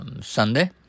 Sunday